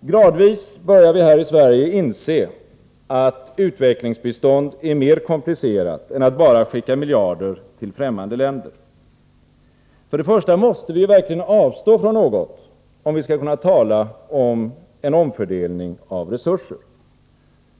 Gradvis börjar vi här i Sverige inse att utvecklingsbistånd är mer komplicerat än att bara skicka miljarder till fftämmande länder. För det första måste vi ju verkligen avstå från något, om vi skall kunna tala om en omfördelning av resurser.